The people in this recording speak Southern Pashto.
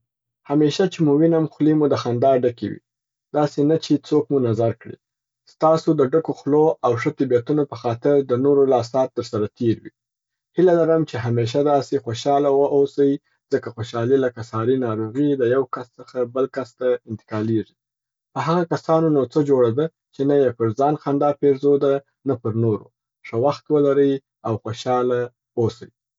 همیشه چي مو وینم خولې مو د خندا ډکي وي. داسي نه چې څوک مو نظر کړي. ستاسو د ډکو خلو او ښه طبعیتونو په خاطر د نورو لا ساعت در سره تیر وي. هیله لرم چې همیشه داسي خوشحاله و اوسي ځکه خوشحالي لکه ساري ناروغي د یو کس څخه بل کس ته انتقالیږي. په هغه کسانو نو څه جوړه ده چې نه یې پر ځان خندا پیرزو ده نه پر نورو. ښه وخت ولرئ او خوشحاله اوسي.